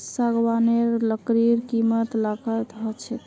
सागवानेर लकड़ीर कीमत लाखत ह छेक